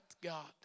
God